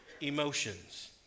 emotions